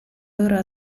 loro